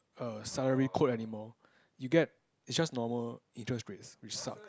err salary quote anymore you get it's just normal interest rates which sucks